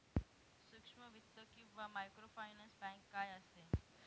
सूक्ष्म वित्त किंवा मायक्रोफायनान्स बँक काय असते?